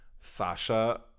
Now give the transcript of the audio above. Sasha